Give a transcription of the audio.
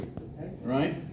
right